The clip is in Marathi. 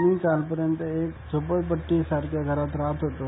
मी कालपर्यंत एका झोपडपट्टी सारख्या घरात राहात होतो